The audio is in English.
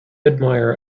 admire